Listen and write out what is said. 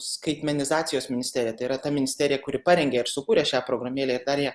skaitmenizacijos ministerija tai yra ta ministerija kuri parengė ir sukūrė šią programėlę ir dar ją